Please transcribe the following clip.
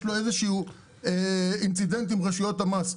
לו איזה שהוא אינצידנט עם רשויות המס.